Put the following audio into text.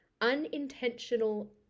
Unintentional